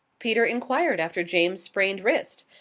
peter inquired after james's sprained wrist,